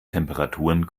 temperaturen